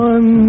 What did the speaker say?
One